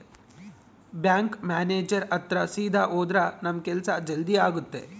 bank manager ಹತ್ರ ಸೀದಾ ಹೋದ್ರ ನಮ್ ಕೆಲ್ಸ ಜಲ್ದಿ ಆಗುತ್ತೆ